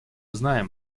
знаем